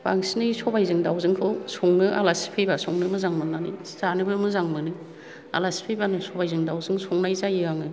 बांसिनै सबाइजों दावजोंखौ संनो आलासि फैबा संनो मोजां मोन्नानै जानोबो मोजां मोनो आलासि फैबानो सबाइजों दावजों संनाय जायो आङो